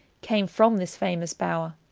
came from this famous bower.